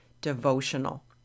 devotional